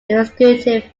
executive